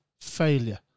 failure